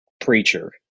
preacher